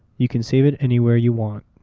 you can save it anywhere you want.